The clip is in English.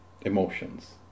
emotions